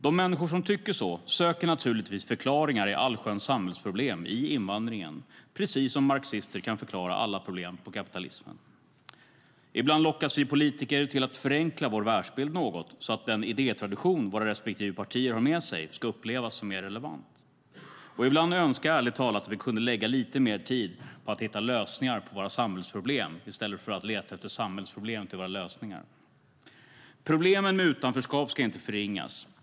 De människor som tycker så söker naturligtvis förklaringar till allsköns samhällsproblem i invandringen, precis som marxister skyller alla problem på kapitalismen. Ibland lockas vi politiker att förenkla vår världsbild något så att den idétradition våra respektive partier har med sig ska upplevas som mer relevant. Ärligt talat önskar jag ibland att vi kunde lägga lite mer tid att hitta lösningar på våra samhällsproblem i stället för att leta samhällsproblem till våra lösningar. Problemen med utanförskap ska inte förringas.